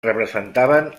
representaven